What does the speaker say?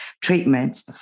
treatments